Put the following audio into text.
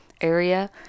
area